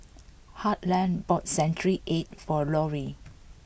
Harland bought Century Egg for Lori